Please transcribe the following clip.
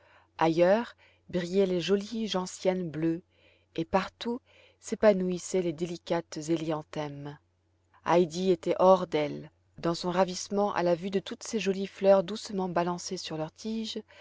ailleurs brillaient les jolies gentianes bleues et partout s'épanouissaient les délicates hélianthèmes heidi était hors d'elle dans son ravissement à la vue de toutes ces jolies fleurs doucement balancées sur leurs tiges